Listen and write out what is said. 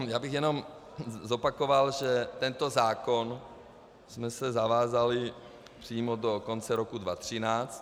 Já bych jenom zopakoval, že tento zákon jsme se zavázali přijmout do konce roku 2013.